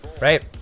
right